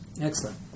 Excellent